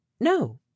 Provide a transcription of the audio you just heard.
no